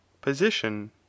Position